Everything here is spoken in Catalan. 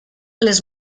les